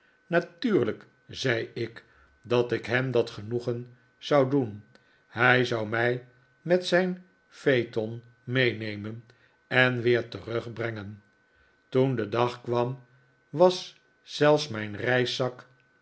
natuurlijk zei ik dat ik hem dat genoegen zou doen hij zou mij met zijn phaeton meenemeri en weer terugbrengen toen de dag kwam was zelfs mijn reiszak